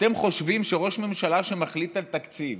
אתם חושבים שכשראש ממשלה מחליט על תקציב,